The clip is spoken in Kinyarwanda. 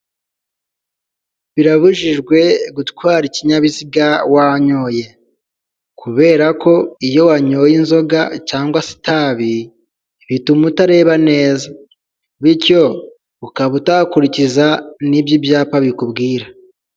Birabujijwe gutwara ikinyabiziga wanyoye, kubera ko iyo wanyoye inzoga cyangwa se itabi bituma utareba neza bityo ukaba utakurikiza n'ibyo ibyapa bikubwira.